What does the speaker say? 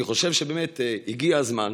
אני חושב שהגיע הזמן,